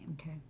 Okay